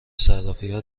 صرافیها